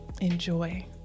Enjoy